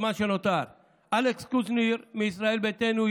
אלכס קושניר מישראל ביתנו,